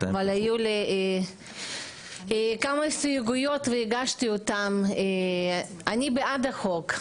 היו לי כמה הסתייגויות והגשתי אותן, אני בעד החוק.